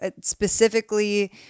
specifically